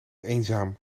eenzaam